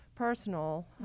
personal